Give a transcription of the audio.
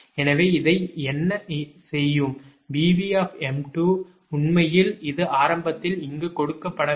எனவே இதை என்ன செய்யும் 𝑉𝑉 𝑚2 உண்மையில் இது ஆரம்பத்தில் இங்கு கொடுக்கப்படவில்லை